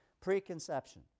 preconception